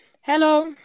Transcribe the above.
Hello